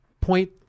point